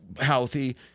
healthy